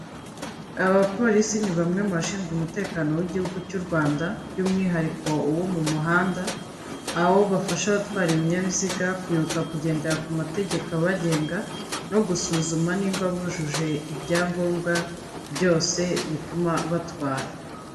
Aba bapolisi ni bamwe mu bashinzwe umutekano w'igihugu cy'u Rwanda by'umwihariko wo mu muhanda, aho bafasha abatwara ibinyabiziga kwibuka kugendera ku mategeko abagenga no gusuzuma niba bujuje ibyangombwa byose bituma batwara.